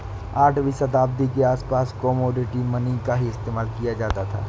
आठवीं शताब्दी के आसपास कोमोडिटी मनी का ही इस्तेमाल किया जाता था